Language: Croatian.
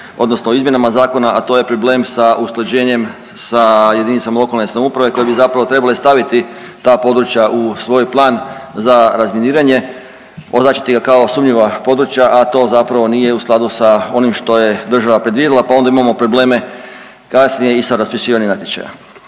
odnosno u izmjenama zakona, a to je problem sa usklađenjem sa jedinicama lokalne samouprave koje bi zapravo trebale staviti ta područja u svoj plan za razminiranje, označiti ga kao sumnjiva područja, a to zapravo nije u skladu sa onim što je država predvidjela pa onda imamo probleme kasnije i sa raspisivanjem natječaja.